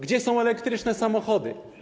Gdzie są elektryczne samochody?